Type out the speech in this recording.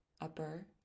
upper